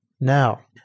Now